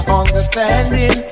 understanding